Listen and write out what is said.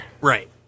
Right